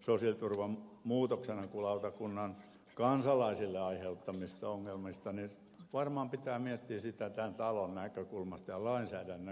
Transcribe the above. sosiaaliturvan muutoksenhakulautakunnan kansalaisille aiheuttamista ongelmista niin varmaan pitää miettiä sitä tämän talon näkökulmasta ja lainsäädännön näkökulmasta